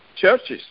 churches